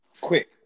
quick